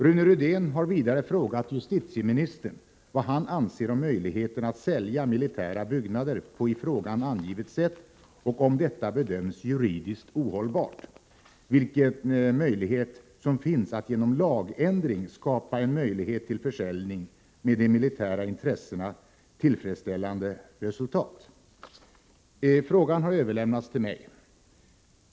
Rune Rydén har vidare frågat justitieministern vad han anser om möjligheten att sälja militära byggnader på i frågan angivet sätt och, om detta bedöms juridiskt ohållbart, vilken möjlighet som finns att genom lagändring skapa en möjlighet till försäljning med för de militära intressena tillfredsställande resultat. Frågan har överlämnats till mig.